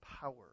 power